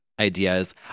ideas